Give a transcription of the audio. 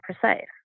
precise